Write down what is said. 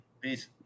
Peace